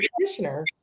practitioner